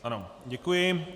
Ano, děkuji.